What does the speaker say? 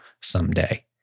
someday